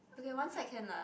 okay one side can lah